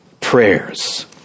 prayers